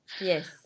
Yes